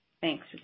Thanks